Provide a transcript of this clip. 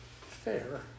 fair